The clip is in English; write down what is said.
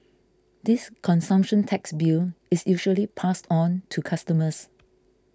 this consumption tax bill is usually passed on to customers